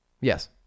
Yes